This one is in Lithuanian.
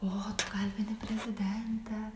o tu kalbini prezidentę